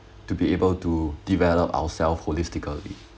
to be able to develop ourself holistically